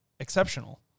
Exceptional